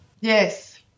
Yes